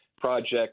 Project